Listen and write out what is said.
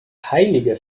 heilige